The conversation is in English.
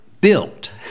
built